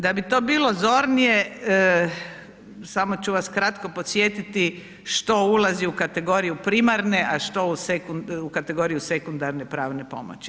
Da bi to bilo zornije samo ću vas kratko podsjetiti što ulazi u kategoriju primarne, a što u kategoriju sekundarne pravne pomoći.